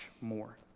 more